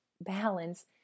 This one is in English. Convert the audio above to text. balance